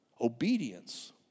Obedience